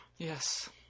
Yes